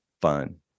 fun